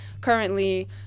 currently